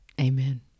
Amen